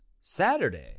Saturday